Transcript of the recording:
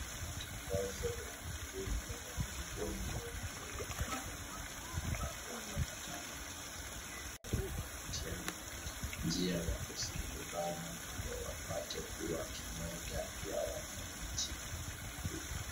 Matangazo ya ujumbe ya kuongea ya wale watu ambao watapatana kuongea na kutafutiana njia ya kusikilizana ndio wapate kuwa kimoja ya wananchi.